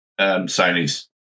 Sony's